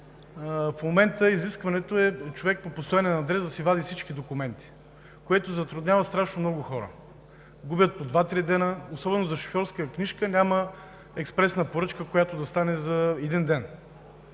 В момента изискването е човек по постоянен адрес да си вади всички документи, което затруднява страшно много хора. Губят по два, три дена – особено за шофьорска книжка няма експресна поръчка, която да стане за един ден.